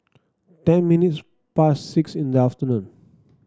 ten minutes past six in the afternoon